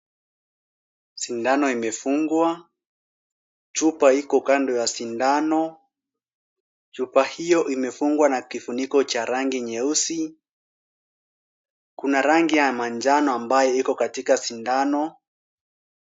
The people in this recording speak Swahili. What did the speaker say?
Sindano imefungwa, chupa iko kando ya sindano, chupa hiyo imefungwa na kifuniko cha rangi nyeusi, kuna rangi ya manjano ambayo iko katika sindano.